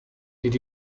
did